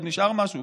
עוד נשאר משהו,